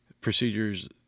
procedures